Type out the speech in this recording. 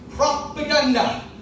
propaganda